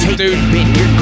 dude